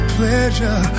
pleasure